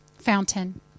Fountain